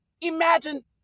imagine